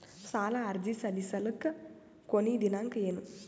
ಸಾಲ ಅರ್ಜಿ ಸಲ್ಲಿಸಲಿಕ ಕೊನಿ ದಿನಾಂಕ ಏನು?